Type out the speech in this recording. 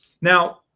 Now